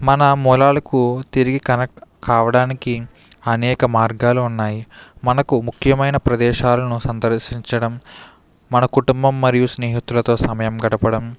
మన మూలాలకు తిరిగి కనెక్ట్ కావడానికి అనేక మార్గాలు ఉన్నాయి మనకు ముఖ్యమైన ప్రదేశాలను సందర్శించడం మన కుటుంబం మరియు స్నేహితులతో సమయం గడపడం